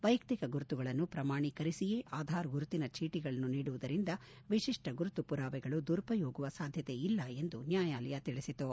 ವೈಯಕ್ತಿಕ ಗುರುತುಗಳನ್ನು ಪ್ರಮಾಣಿಕರಿಸಿಯೇ ಆಧಾರ್ ಗುರುತಿನ ಚೀಟಗಳನ್ನು ನೀಡುವುದರಿಂದ ವಿಶಿಷ್ಟ ಗುರುತು ಪುರಾವೆಗಳು ದುರುಪಯೋಗವಾಗುವ ಸಾಧ್ಯತೆ ಇಲ್ಲ ಎಂದು ನ್ನಾಯಾಲಯ ತಿಳಿಸಿತು